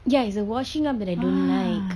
ya it's the washing up that I don't like